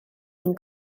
ein